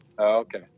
Okay